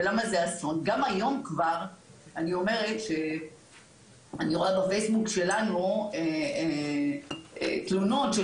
גם היום אני רואה בפייסבוק שלנו תלונות של